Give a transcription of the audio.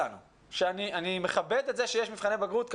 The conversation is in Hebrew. אני מכבד את זה שיש מבחני בגרות,